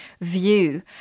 view